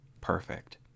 perfect